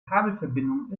kabelverbindungen